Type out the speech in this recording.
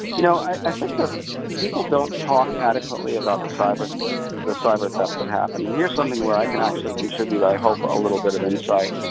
you know i i think that people don't talk adequately about the cyber the cyber theft that happened, and here's something where i can actually contribute, i hope, a little bit of insight.